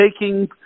taking